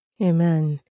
Amen